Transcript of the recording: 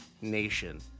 nation